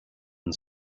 and